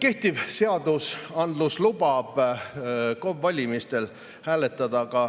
Kehtiv seadus lubab KOV‑i valimistel hääletada ka